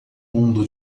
mundo